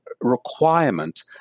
requirement